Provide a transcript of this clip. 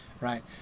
right